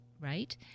Right